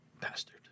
Bastard